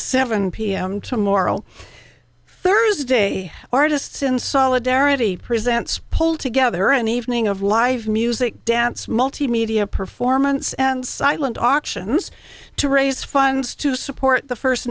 seven pm tomorrow thursday artists in solidarity presents pulled together an evening of live music dance multimedia performance and silent auctions to raise funds to support the first